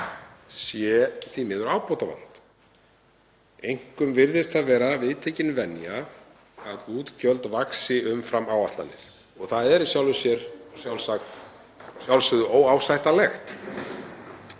sé því miður ábótavant. Einkum virðist það vera viðtekin venja að útgjöld vaxi umfram áætlanir og það er að sjálfsögðu óásættanlegt.